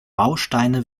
bausteine